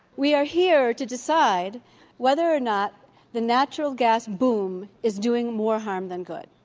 we are here to decide whether or not the natural gas boom is doing more harm than good.